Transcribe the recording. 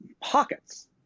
pockets